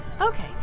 Okay